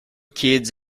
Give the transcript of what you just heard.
kids